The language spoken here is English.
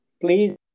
Please